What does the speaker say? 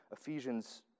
Ephesians